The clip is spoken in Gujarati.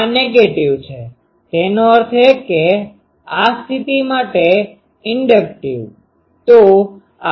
આ નેગેટીવ છે તેનો અર્થ એ કે આ સ્થિતિ માટે ઇન્ડક્ટીવinductive પ્રેરક